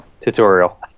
tutorial